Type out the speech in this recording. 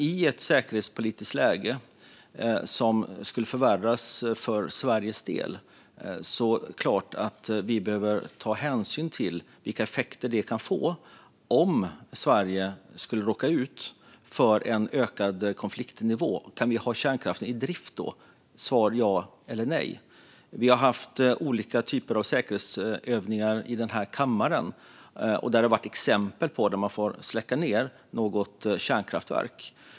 I ett säkerhetspolitiskt läge som kan förvärras för Sveriges del är det dock klart att vi behöver ta hänsyn till vilka effekter det kan få om Sverige skulle råka ut för en ökad konfliktnivå. Kan vi då ha kärnkraften i drift - ja eller nej? Vi har haft olika typer av säkerhetsövningar i den här kammaren där man som exempel har fått släcka ned något kärnkraftverk.